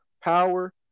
power